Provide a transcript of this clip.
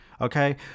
Okay